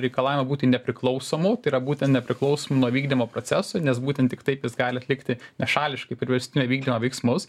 reikalavimą būti nepriklausomu tai yra būti nepriklausomu nuo vykdymo procesų nes būtent tik taip jis gali atlikti nešališkai priverstinio vykdymo veiksmus